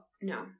No